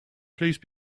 please